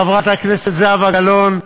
חברת הכנסת זהבה גלאון,